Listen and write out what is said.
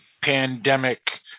pandemic